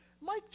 Mike